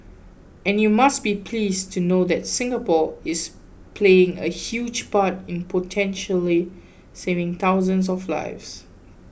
and you must be pleased to know that Singapore is playing a huge part in potentially saving thousands of lives